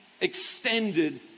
extended